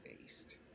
based